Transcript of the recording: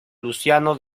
luciano